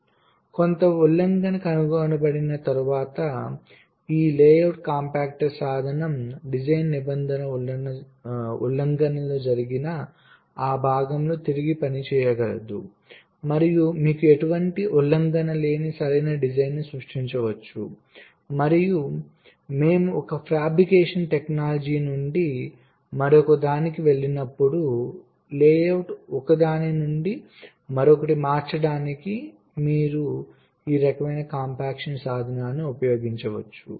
కాబట్టి కొంత ఉల్లంఘన కనుగొనబడిన తర్వాత ఈ లేఅవుట్ కాంపాక్టర్ సాధనం డిజైన్ నిబంధన ఉల్లంఘనలు జరిగిన ఆ భాగంలో తిరిగి పని చేయగలదు మరియు మీకు ఎటువంటి ఉల్లంఘన లేని సరైన డిజైన్ను సృష్టించవచ్చుమరియు మేము ఒక ఫాబ్రికేషన్ టెక్నాలజీ నుండి మరొకదానికి వెళ్ళినప్పుడు లేఅవుట్ను ఒకదాని నుండి మరొకటి మార్చడానికి మీరు ఈ రకమైన కాంపాక్షన్ సాధనాన్ని ఉపయోగించవచ్చు